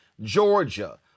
Georgia